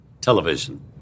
television